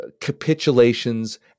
capitulations